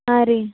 ಹಾಂ ರೀ